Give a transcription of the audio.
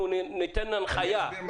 אנחנו ניתן הנחיה.